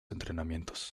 entrenamientos